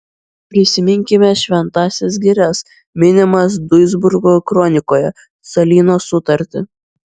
prisiminkime šventąsias girias minimas duisburgo kronikoje salyno sutartį